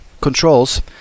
controls